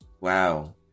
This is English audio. Wow